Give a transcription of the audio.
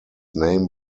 name